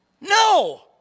No